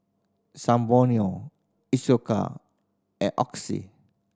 Isocal and Oxy